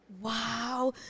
Wow